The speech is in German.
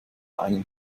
einen